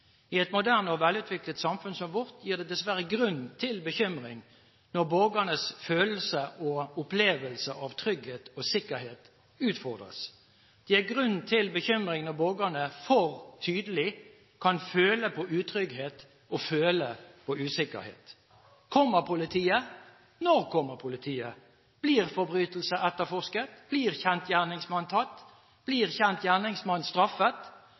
I et moderne og velutviklet samfunn som vårt gir det dessverre grunn til bekymring, når borgernes følelse og opplevelse av trygghet og sikkerhet utfordres. Det gir grunn til bekymring når borgerne for tydelig kan føle på utrygghet og usikkerhet. Kommer politiet? Når kommer politiet? Blir forbrytelsen etterforsket? Blir kjent gjerningsmann tatt? Blir kjent gjerningsmann straffet?